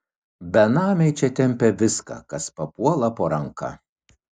benamiai čia tempia viską kas papuola po ranka